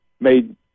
made